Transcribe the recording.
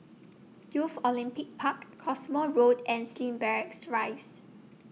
Youth Olympic Park Cottesmore Road and Slim Barracks Rise